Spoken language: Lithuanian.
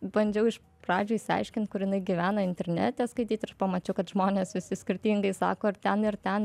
bandžiau iš pradžių išsiaiškint kur jinai gyvena internete skaityt ir pamačiau kad žmonės visi skirtingai sako ir ten ir ten